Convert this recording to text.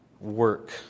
work